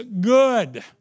good